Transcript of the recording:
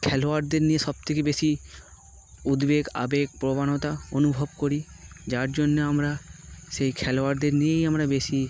খেলোয়াড়দের নিয়ে সব থেকেেকে বেশি উদ্বেগ আবেগ প্রবণতা অনুভব করি যার জন্যে আমরা সেই খেলোয়াড়দের নিয়েই আমরা বেশি